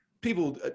people